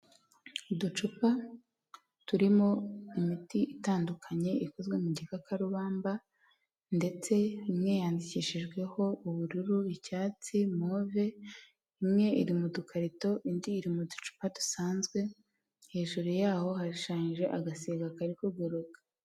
Uducupa turimo imiti itandukanye ikozwe mu gikakarubamba ndetse imwe yanyandikishijweho ubururu, icyatsi, move imwe iri mu dukarito indi iri mu ducupa dusanzwe, hejuru yaho hashushanyije agasiga kari kaguruka.